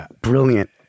brilliant